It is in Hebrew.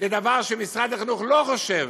לדבר שמשרד החינוך לא חושב,